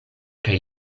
kaj